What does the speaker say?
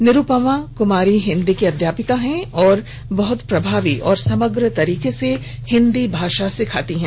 निरुपमा कुमारी हिंदी की अध्यापिका हैं और बहत प्रभावी और समग्र तरीके से हिंदी भाषा सिखाती हैं